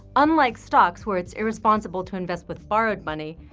unlike stocks, where it's irresponsible to invest with borrowed money,